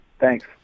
Thanks